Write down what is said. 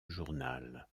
journal